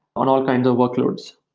on all kinds of workloads.